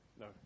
No